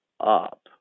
up